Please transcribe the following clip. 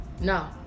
No